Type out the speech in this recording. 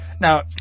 Now